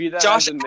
Josh